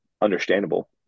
understandable